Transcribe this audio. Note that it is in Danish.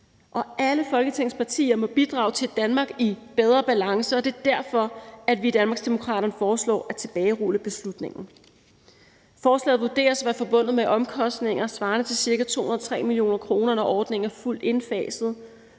Alle Folketingets partier må bidrage til et Danmark i bedre balance, og det er derfor, at vi i Danmarksdemokraterne foreslår at tilbagerulle beslutningen. Forslaget vurderes at være forbundet med omkostninger svarende til ca. 203 mio. kr., når ordningen er fuldt indfaset,